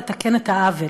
לתקן את העוול.